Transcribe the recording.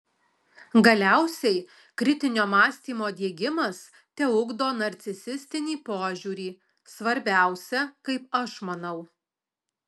galiausiai kritinio mąstymo diegimas teugdo narcisistinį požiūrį svarbiausia kaip aš manau